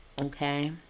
Okay